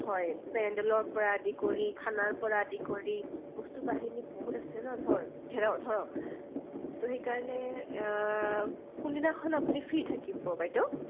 হয় পেণ্ডলৰপৰা আদি কৰি খানাৰপৰা আদি কৰি বস্তু বাহিনী বহুত আছে ন ধৰ ধৰক তো সেইকাৰণে কোনদিনাখন আপুনি ফ্ৰী থাকিব বাইদেউ